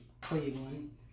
Cleveland